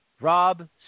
Rob